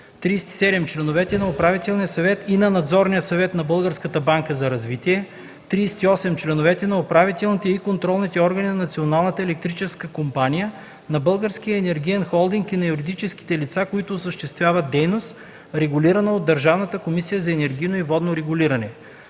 37. членовете на Управителния съвет и на Надзорния съвет на Българската банка за развитие; 38. членовете на управителните и контролните органи на Националната електрическа компания, на Българския енергиен холдинг и на юридическите лица, които осъществяват дейност, регулирана от Държавната комисия за енергийно и водно регулиране;